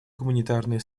гуманитарные